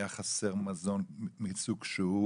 היה חסר מזון מסוג כלשהו,